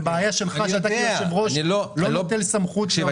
זה בעיה שלך שאתה כיושב-ראש לא נוטל סמכות --- תקשיב,